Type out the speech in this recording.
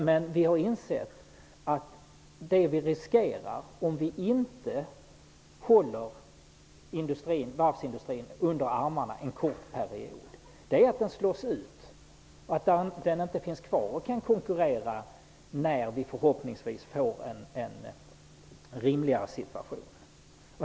Men vi har insett att det vi riskerar om vi inte håller varvsindustrin under armarna en kort period är att den slås ut och att den inte finns kvar och kan konkurrera när vi förhoppningsvis får en rimligare situation.